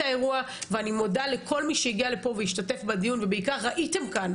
האירוע ואני מודה לכל מי שהגיע לפה והשתתף בדיון ובעיקר ראיתם כאן,